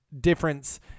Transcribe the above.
difference